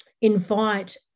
invite